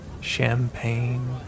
Champagne